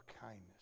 kindness